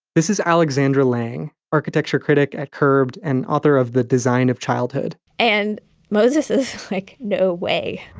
this is alexandra lang, architecture critic at curbed and author of the design of childhood and moses is like, no way.